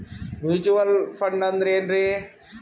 Mutual fund ಅಂದ್ರೆನ್ರಿ?